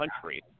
country